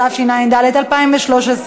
התשע"ד 2013,